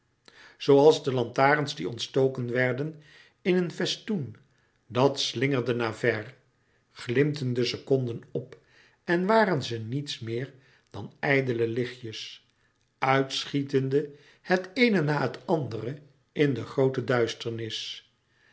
zooals de lantarens die ontstoken werden in een festoen dat slingerde naar ver glimpten de seconden op en waren ze niets meer dan ijdele lichtjes uitschietende het eene na het andere in de groote duisternis